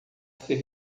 ser